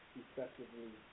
effectively